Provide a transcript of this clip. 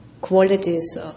qualities